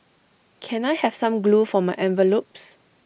can I have some glue for my envelopes